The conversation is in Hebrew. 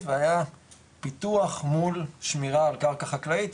והיה פיתוח מול שמירה על קרקע חקלאית,